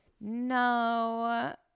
no